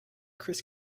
criss